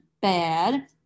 bad